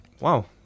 Wow